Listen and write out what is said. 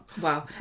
Wow